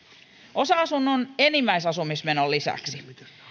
osa asunnon enimmäisasumismenon lisäksi